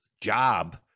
job